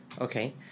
okay